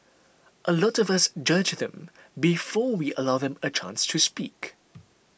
a lot of us judge them before we allow them a chance to speak